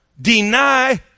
Deny